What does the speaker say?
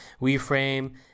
WeFrame